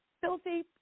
filthy